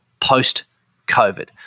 post-COVID